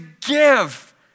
give